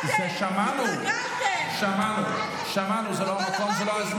למה אתם לא עונים על זה?